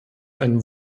ein